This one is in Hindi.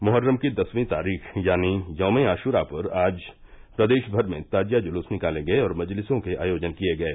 मोहर्रम की दसवीं तारीख यानी यौमे आशुरा पर आज प्रदेश भर में ताजिया जुलुस निकाले गये और मजलिसो के आयोजन किए गये